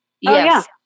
Yes